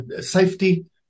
safety